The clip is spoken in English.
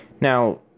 now